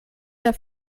der